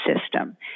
system